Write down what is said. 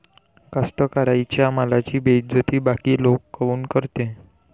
कास्तकाराइच्या मालाची बेइज्जती बाकी लोक काऊन करते?